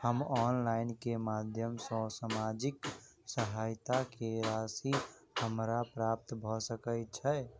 हम ऑनलाइन केँ माध्यम सँ सामाजिक सहायता केँ राशि हमरा प्राप्त भऽ सकै छै?